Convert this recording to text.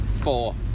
Four